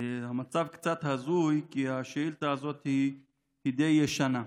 המצב קצת הזוי, כי השאילתה הזאת די ישנה.